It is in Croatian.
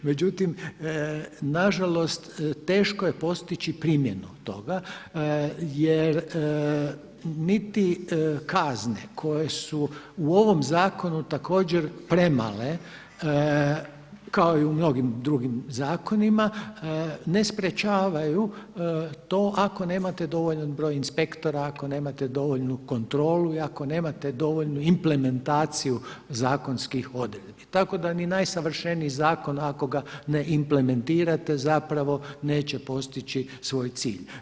Međutim, na žalost teško je postići primjenu toga jer niti kazne koje su u ovom zakonu također premale kao i u mnogim drugim zakonima ne sprječavaju to ako nemate dovoljan broj inspektora, ako nemate dovoljnu kontrolu i ako nemate dovoljnu implementaciju zakonskih odredbi tako da ni najsavršeniji zakon ako ga ne implementirate zapravo neće postići svoj cilj.